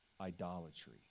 idolatry